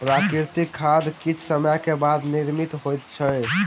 प्राकृतिक खाद किछ समय के बाद निर्मित होइत अछि